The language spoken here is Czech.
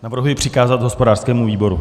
Navrhuji přikázat hospodářskému výboru.